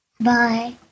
Bye